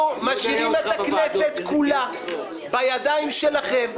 אנחנו משאירים את הכנסת כולה בידיים שלכם.